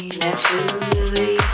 naturally